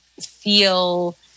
feel